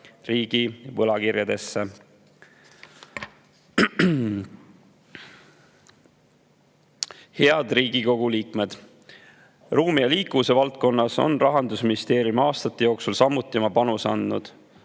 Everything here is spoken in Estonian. riigi võlakirjadesse. Head Riigikogu liikmed! Ruumi- ja liikuvuse valdkonnas on Rahandusministeerium aastate jooksul samuti oma panuse andnud,